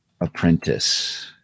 apprentice